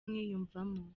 umwiyumvamo